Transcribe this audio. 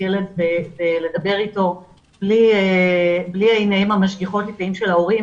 ילד ולדבר איתו בלי העיניים המשגיחות לפעמים של ההורים,